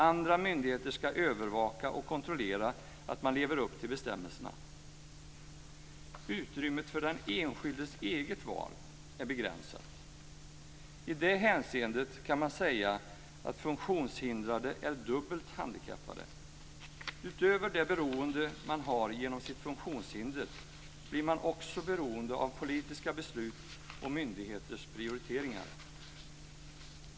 Andra myndigheter ska övervaka och kontrollera att man lever upp till bestämmelserna. Utrymmet för den enskildes eget val är begränsat. I det hänseendet kan man säga att funktionshindrade är dubbelt handikappade. Utöver det beroende de har genom sitt funktionshinder blir de också beroende av politiska beslut och myndigheters prioriteringar.